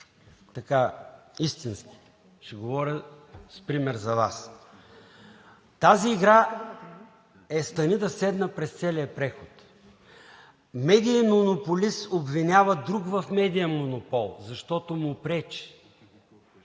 истински, ще говоря с пример за Вас. Тази игра е стани да седна през целия преход – медиен монополист обвинява друг в медиен монопол, защото му пречи,